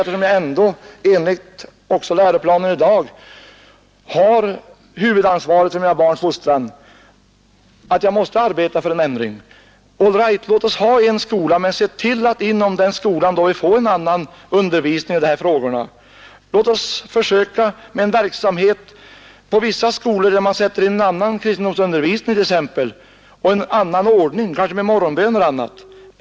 Eftersom jag ändå enligt läroplanen av i dag har huvudansvaret för mina barns fostran, måste jag arbeta för en ändring. All right, låt oss ha en obligatorisk skola, men se då till att vi inom denna skola får en annan undervisning i de här frågorna. Låt oss försöka inleda en verksamhet vid vissa skolor där man sätter in en annan kristendomsundervisning och en annan ordning, kanske med morgonbön och annat.